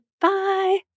Bye